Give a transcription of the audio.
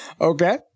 Okay